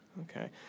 Okay